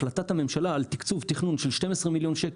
החלטת הממשלה על תקצוב תכנון של 12 מיליון ₪